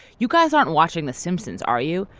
you guys aren't watching the simpsons are you.